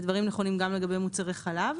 הדברים נכונים גם לגבי מוצרי חלב.